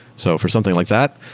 so for something like that,